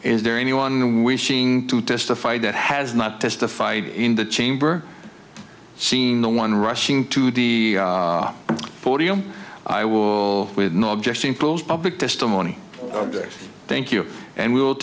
is there anyone wishing to testify that has not testified in the chamber seen the one rushing to the podium i will with no objection pool's public testimony thank you and we will